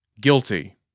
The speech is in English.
Guilty